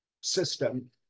system